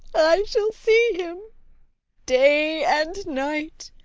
i shall see him day and night,